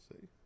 See